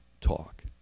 talk